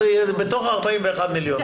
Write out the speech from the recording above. אז בתוך ה-41 מיליון.